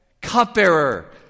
cupbearer